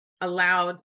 allowed